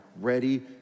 ready